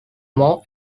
more